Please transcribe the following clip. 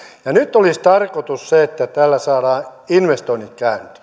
nyt olisi tarkoitus se että täällä saadaan investoinnit käyntiin